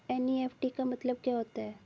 NEFT का मतलब क्या होता है?